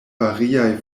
variaj